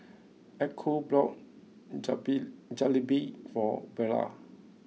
Echo bought Jabi Jalebi for Vara